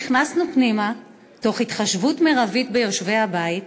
נכנסנו פנימה תוך התחשבות מרבית ביושבי הבית,